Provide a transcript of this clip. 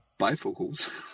bifocals